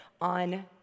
on